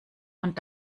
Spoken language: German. und